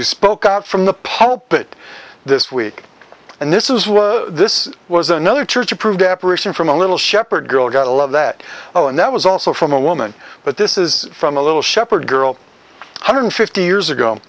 who spoke out from the pope it this week and this is why this was another church approved apparition from a little shepherd girl gotta love that oh and that was also from a woman but this is from a little shepherd girl hundred fifty years ago